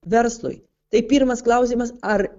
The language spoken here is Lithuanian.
verslui tai pirmas klausimas ar